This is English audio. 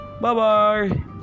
bye-bye